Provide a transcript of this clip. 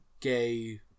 gay